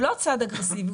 הוא לא צעד אגרסיבי,